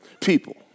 people